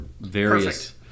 various